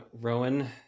Rowan